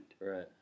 Right